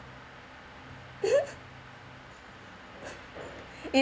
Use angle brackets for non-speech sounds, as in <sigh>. <laughs> it